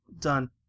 done